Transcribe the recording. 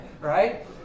right